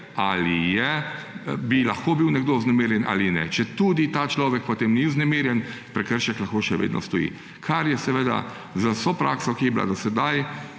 ali bi lahko bil nekdo vznemirjen ali ne. Četudi ta človek potem ni vznemirjen, prekršek lahko še vedno stoji, kar je seveda z vso prakso, ki je bila do sedaj